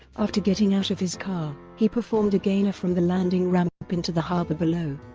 after getting out of his car, he performed a gainer from the landing ramp into the harbor below.